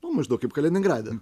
nu maždaug kaip kaliningrade